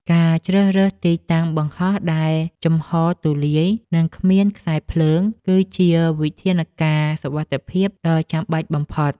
ការជ្រើសរើសទីតាំងបង្ហោះដែលចំហរទូលាយ និងគ្មានខ្សែភ្លើង គឺជាវិធានការសុវត្ថិភាពដ៏ចាំបាច់បំផុត។